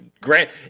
Grant